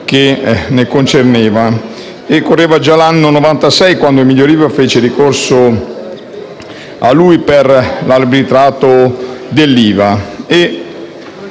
la concerneva. Correva già l'anno 1996 quando Emilio Riva fece ricorso a lui per l'arbitrato con l'IRI.